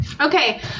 Okay